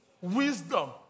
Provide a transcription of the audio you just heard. Wisdom